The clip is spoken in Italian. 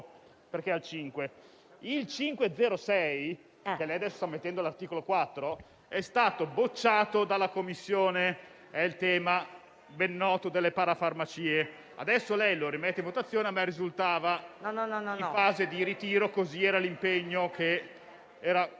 L'emendamento 5.0.6, che lei adesso sta spostando all'articolo 4, è stato bocciato dalla Commissione (è il tema, ben noto, delle parafarmacie). Adesso lei lo rimette in votazione; ma a me risultava in fase di ritiro. Così era l'impegno; credo